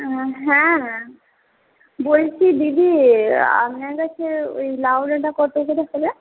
হ্যাঁ বলছি দিদি আপনার কাছে ওই লাউ ডাঁটা কতো করে পড়ে